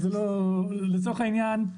אנחנו עמותה.